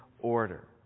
order